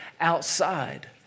outside